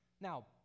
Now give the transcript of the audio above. Now